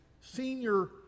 senior